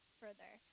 further